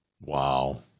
Wow